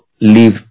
leave